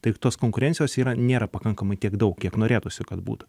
tai tos konkurencijos yra nėra pakankamai tiek daug kiek norėtųsi kad būtų